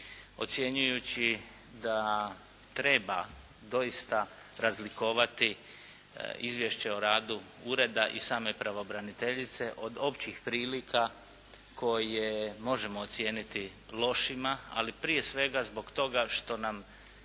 ocjenjujući da treba doista razlikovati izvješće o radu ureda i same pravobraniteljice od općih prilika koje možemo ocijeniti lošima. Ali prije svega zbog toga što nam